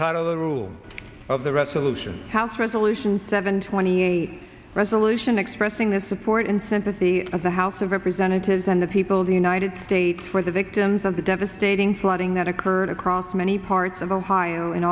title of the rule of the resolution house resolution seven twenty eight resolution expressing that support and sympathy of the house of representatives and the people of the united states for the victims of the devastating flooding that occurred across many parts of ohio in